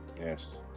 Yes